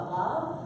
love